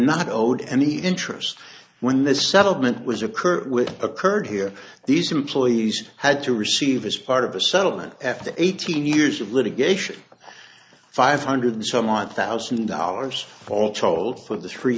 not owed any interest when this settlement was occur with occurred here these employees had to receive as part of a settlement after eighteen years of litigation five hundred some odd thousand dollars all told for the three